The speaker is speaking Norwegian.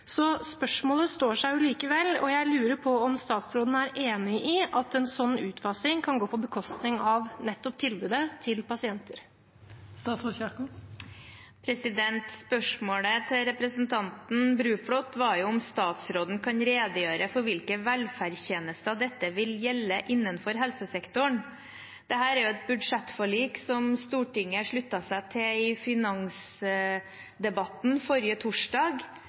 så spørsmålet står seg likevel. Jeg lurer på om statsråden er enig i at en sånn utfasing kan gå på bekostning av tilbudet til pasientene. Spørsmålet til representanten Bruflot var jo om statsråden kunne redegjøre for hvilke velferdstjenester dette vil gjelde innenfor helsesektoren. Dette er et budsjettforlik som Stortinget sluttet seg til i finansdebatten forrige torsdag.